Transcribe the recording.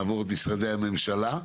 נעבור למשרדי הממשלה,